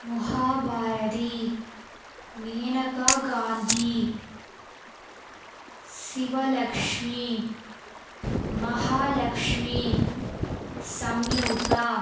Muhabharathi Menaka Gandhi Sivalakshmi Mahalakshmi Samyuktha